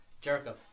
Jericho